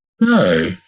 No